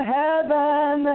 heaven